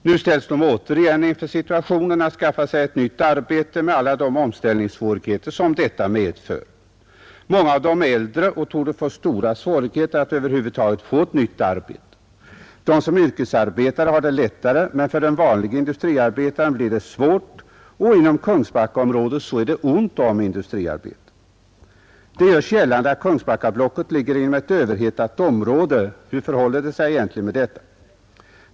Nu ställs de åter inför situationen att skaffa sig ett nytt arbete med alla de omställningssvårigheter som detta medför. Många av dem är äldre och torde få stora svårigheter att över huvud taget erhålla ett nytt arbete. De som är yrkesarbetare har det lättare, men för den vanlige industriarbetaren blir det svårt — och inom Kungsbackaområdet är det ont om industriarbete. Det görs gällande att Kungsbackablocket ligger inom ett överhettat område. Hur förhåller det sig egentligen med detta?